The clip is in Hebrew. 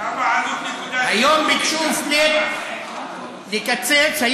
היום ביקשו לקצץ.